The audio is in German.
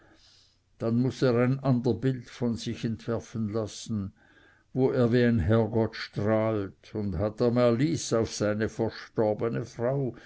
dann muß er ein ander bild von sich entwerfen lassen wo er wie ein herrgott strahlt und hat er malice auf seine verstorbene frau